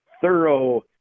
thorough